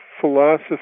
philosophy